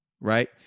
right